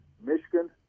Michigan